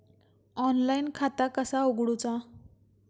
Online खाता कसा उगडूचा?